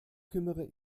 kümmere